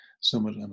somewhat